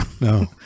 No